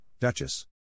Duchess